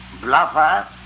bluffer